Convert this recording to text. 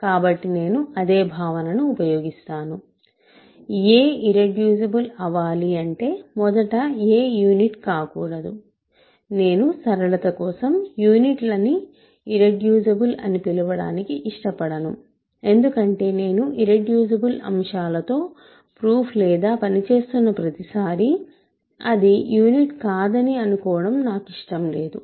కాబట్టి నేను అదే భావనను ఉపయోగిస్తాను a ఇర్రెడ్యూసిబుల్ అవ్వాలి అంటే మొదట a యూనిట్ కాకూడదు నేను సరళత కోసం యూనిట్ లని ఇర్రెడ్యూసిబుల్ అని పిలవడానికి ఇష్టపడను ఎందుకంటే నేను ఇర్రెడ్యూసిబుల్ అంశాలతో ప్రూఫ్ లేదా పనిచేస్తున్న ప్రతిసారీ అది యూనిట్ కాదని అనుకోవడం నాకు ఇష్టం లేదు